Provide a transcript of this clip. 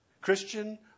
Christian